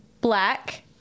black